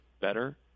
better